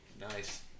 Nice